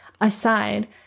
aside